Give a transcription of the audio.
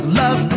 love